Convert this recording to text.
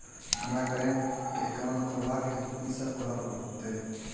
हमरा current account खोलेवाक हेतु की सब करऽ पड़त?